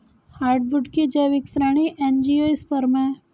hardwood की जैविक श्रेणी एंजियोस्पर्म है